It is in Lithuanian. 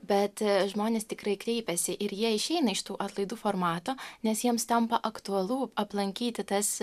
bet žmonės tikrai kreipiasi ir jie išeina iš tų atlaidų formato nes jiems tampa aktualu aplankyti tas